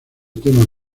temas